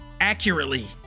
accurately